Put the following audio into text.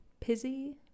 Pizzy